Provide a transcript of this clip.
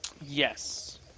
Yes